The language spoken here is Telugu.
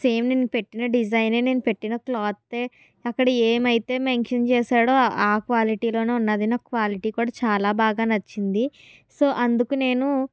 సేమ్ నేను పెట్టిన డిజైన్ ఏ నేను పెట్టిన క్లాత్ ఏ అక్కడ ఏం అయితే మెన్షన్ చేశాడో ఆ క్వాలిటీ లోనే ఉంది నాకు క్వాలిటీ కూడా చాలా బాగా నచ్చింది సో అందుకు నేను